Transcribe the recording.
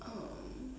um